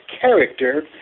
character